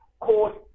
called